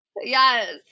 Yes